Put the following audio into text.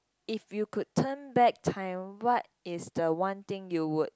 if you could turn back time what is the one thing you would